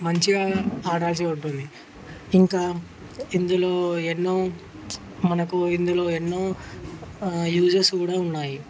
మంచిగా ఆడాల్సి ఉంటుంది ఇంకా ఇందులో ఎన్నో మనకు ఇందులో ఎన్నో యూజెస్ కూడా ఉన్నాయి